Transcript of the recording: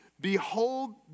behold